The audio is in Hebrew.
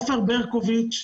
עופר ברקוביץ'